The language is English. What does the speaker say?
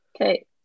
Okay